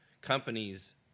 companies